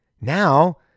Now